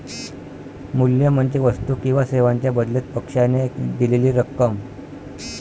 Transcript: मूल्य म्हणजे वस्तू किंवा सेवांच्या बदल्यात पक्षाने दिलेली रक्कम